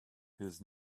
his